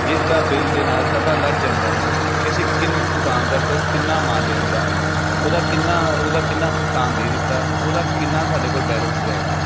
ਜਿਸ ਦਾ ਬਿੱਲ ਦੇ ਨਾਲ ਪਤਾ ਲੱਗ ਜਾਂਦਾ ਹੈ ਕਿ ਅਸੀਂ ਕਿਸ ਦੁਕਾਨਦਾਰ ਤੋਂ ਕਿੰਨਾ ਮਾਲ ਲਿਆਂਦਾ ਉਹਦਾ ਕਿੰਨਾ ਉਹਦਾ ਕਿੰਨਾ ਭੁਗਤਾਨ ਦੇ ਦਿੱਤਾ ਉਹਦਾ ਕਿੰਨਾ ਸਾਡੇ ਕੋਲ ਬੈਲੈਂਸ ਰਹਿ ਗਿਆ